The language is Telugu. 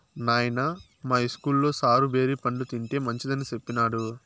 నాయనా, మా ఇస్కూల్లో సారు బేరి పండ్లు తింటే మంచిదని సెప్పినాడు